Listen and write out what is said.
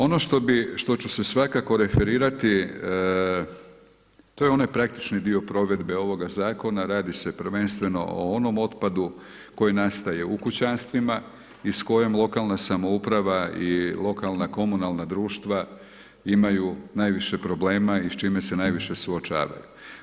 Ono što ću se svakako referirati, to je onaj praktični dio provedbe ovoga zakona radi se prvenstveno o onom otpadu koji nastaje u kućanstvima i s kojim lokalna samouprava i lokalna komunalna društva imaju najviše problema i s čime se najviše suočavaju.